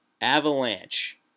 Avalanche